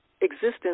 existence